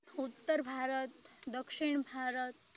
ઉત્તર ભારત દક્ષિણ ભારત